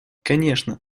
конечно